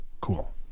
Cool